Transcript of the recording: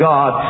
God